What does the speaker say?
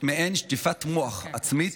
מעין שטיפת מוח עצמית,